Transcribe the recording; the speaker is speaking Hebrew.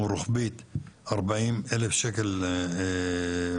רחבית, 40 אלף שקל השתתפות